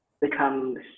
becomes